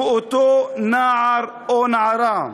ואותו נער, או נערה,